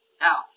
Now